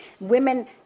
women